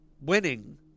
winning